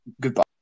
Goodbye